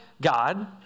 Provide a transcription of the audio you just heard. God